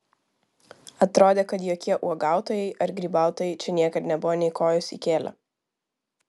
atrodė kad jokie uogautojai ar grybautojai čia niekad nebuvo nė kojos įkėlę